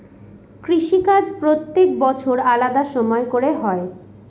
কৃষিকাজ প্রত্যেক বছর আলাদা সময় করে হয়